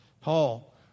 Paul